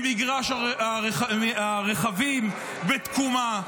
ממגרש הרכבים בתקומה.